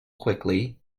quickly